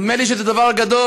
נדמה לי שזה דבר גדול.